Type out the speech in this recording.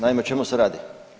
Naime, o čemu se radi?